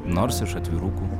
nors iš atvirukų